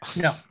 No